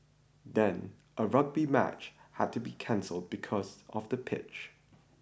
then a rugby match had to be cancelled because of the pitch